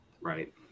Right